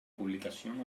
publicación